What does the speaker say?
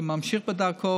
שממשיך בדרכו,